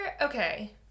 Okay